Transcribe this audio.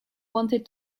wanted